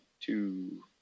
two